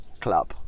club